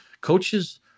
coaches